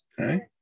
Okay